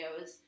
videos